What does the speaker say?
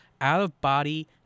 out-of-body